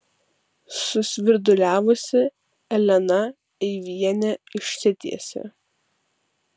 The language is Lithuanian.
susvirduliavusi elena eivienė išsitiesė